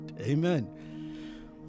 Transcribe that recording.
Amen